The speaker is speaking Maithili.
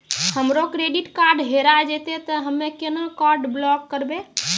हमरो क्रेडिट कार्ड हेरा जेतै ते हम्मय केना कार्ड ब्लॉक करबै?